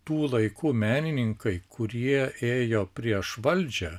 tų laikų menininkai kurie ėjo prieš valdžią